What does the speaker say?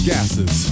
Gases